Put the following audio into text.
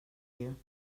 you